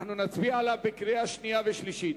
נצביע עליו בקריאה שנייה ושלישית.